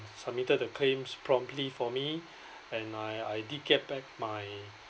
submitted the claims promptly for me and I I did get back my